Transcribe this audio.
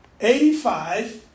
Eighty-five